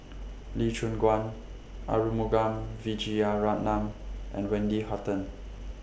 Lee Choon Guan Arumugam Vijiaratnam and Wendy Hutton